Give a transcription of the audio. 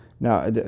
Now